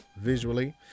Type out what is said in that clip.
visually